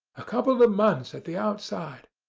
a couple of months at the outside.